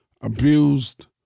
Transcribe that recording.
abused